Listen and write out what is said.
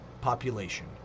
population